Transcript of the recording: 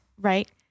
right